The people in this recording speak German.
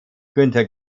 günter